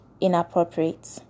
inappropriate